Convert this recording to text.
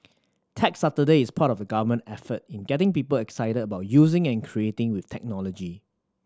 Tech Saturday is part of the Government effort in getting people excited about using and creating with technology